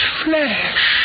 flesh